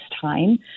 time